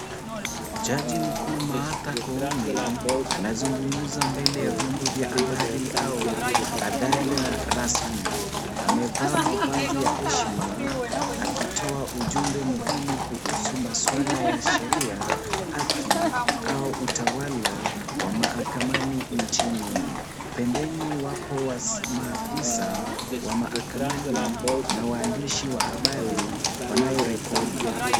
Jaji mkuu Martha Koome, anazungumza mbele ya waandishi wa habari, au hadhara rasmi. Amevaa mavazi ya heshima akitoa maswala muhimu kuhuzu sheria, haki, au utawala wa mahakamani nchini. Pembeni wapo maafisa wa mahakama na waandishi wa habari wanaorekodi.